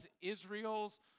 Israel's